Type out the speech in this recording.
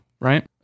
Right